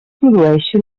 produeixi